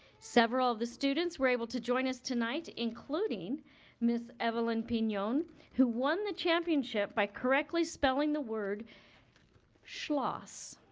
several of the students were able to join us tonight including ms. evelyn pinon who won the championship by correctly spelling the word schloss